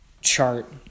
chart